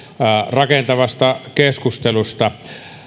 rakentavasta keskustelusta